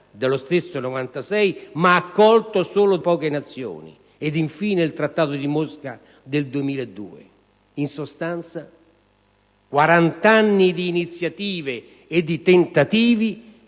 dello stesso 1996, ma accolto solo da poche Nazioni e, infine, il Trattato di Mosca del 2002. In sostanza, 40 anni di iniziative e di tentativi